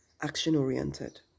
action-oriented